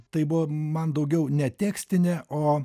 tai buvo man daugiau ne tekstinė o